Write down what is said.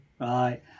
right